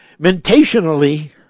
mentationally